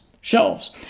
shelves